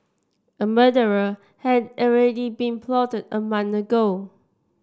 a murderer had already been plotted a month ago